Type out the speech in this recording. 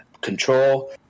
control